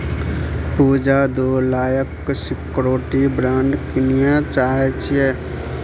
पुजा दु लाखक security bond कीनय चाहै छै